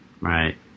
right